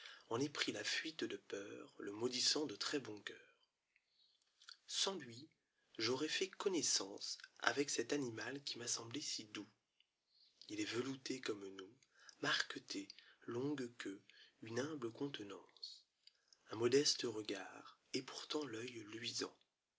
en ai pris la fuite de peur le maudissant de très-bon coeur sans lui j'aurais fait connaissance vec cet animal qui m'a semblé si doux il est velouté comme nous marqueté longue queue une humble contenance un modeste regard et pourtant l'oeil luisant